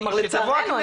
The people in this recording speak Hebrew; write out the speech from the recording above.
לצערנו.